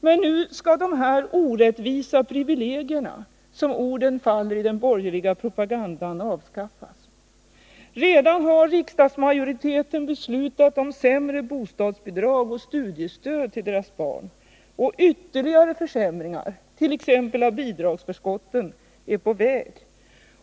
Men nu skall de här ”orättvisa privilegierna”, som orden faller i den borgerliga propagandan, avskaffas. Redan har riksdagsmajoriteten beslutat om sämre bostadsbidrag och studiestöd till deras barn. Ytterligare försämringar t.ex. av bidragsförskotten är på väg.